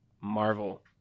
Marvel